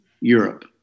Europe